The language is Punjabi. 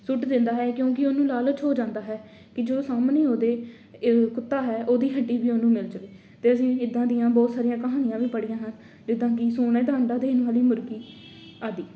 ਸੁੱਟ ਦਿੰਦਾ ਹੈ ਕਿਉਂਕਿ ਉਹਨੂੰ ਲਾਲਚ ਹੋ ਜਾਂਦਾ ਹੈ ਕਿ ਜੋ ਸਾਹਮਣੇ ਉਹਦੇ ਕੁੱਤਾ ਹੈ ਉਹਦੀ ਹੱਡੀ ਵੀ ਉਹਨੂੰ ਮਿਲ ਜਾਵੇ ਅਤੇ ਅਸੀਂ ਇੱਦਾਂ ਦੀਆਂ ਬਹੁਤ ਸਾਰੀਆਂ ਕਹਾਣੀਆਂ ਵੀ ਪੜ੍ਹੀਆਂ ਹਨ ਜਿੱਦਾਂ ਕਿ ਸੋਨੇ ਦਾ ਅੰਡਾ ਦੇਣ ਵਾਲੀ ਮੁਰਗੀ ਆਦਿ